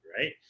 right